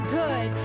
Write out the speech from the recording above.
good